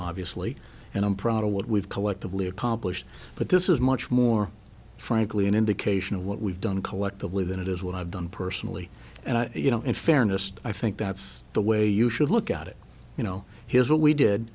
obviously and i'm proud of what we've collectively accomplished but this is much more frankly an indication of what we've done collectively than it is what i've done personally and i you know in fairness i think that's the way you should look at it you know here's what we did